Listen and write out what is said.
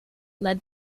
led